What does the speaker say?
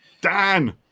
Dan